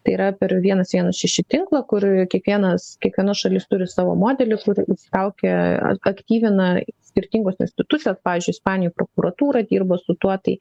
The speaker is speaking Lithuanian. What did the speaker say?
tai yra per vienas vienas šeši tinklą kur kiekvienas kiekviena šalis turi savo modelį kur įtraukia aktyvina skirtingos institucijos pavyzdžiui ispanijoj prokuratūra dirba su tuo tai